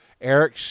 Eric